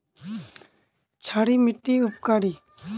क्षारी मिट्टी उपकारी?